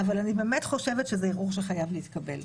אני באמת חושבת שזה ערעור שחייב להתקבל.